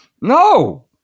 No